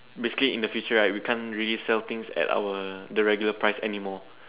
basically in the future right we can't really sell things at our the regular price anymore